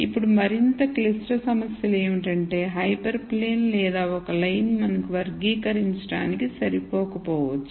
ఇప్పుడు మరింత క్లిష్ట సమస్యలు ఏమిటంటే హైపర్ ప్లేన్ లేదా ఒక లైన్ మనకు వర్గీకరించడానికి సరిపోకపోవచ్చు